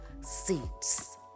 seats